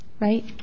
Right